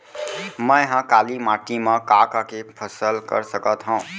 मै ह काली माटी मा का का के फसल कर सकत हव?